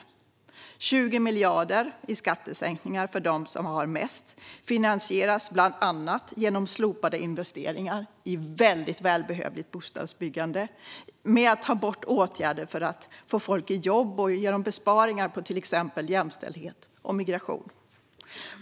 Den innebär 20 miljarder i skattesänkningar för dem som har mest, vilket finansieras bland annat genom slopade investeringar i väldigt välbehövligt bostadsbyggande, genom borttagna åtgärder för att få folk i jobb och genom besparingar på till exempel jämställdhet och migration.